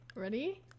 ready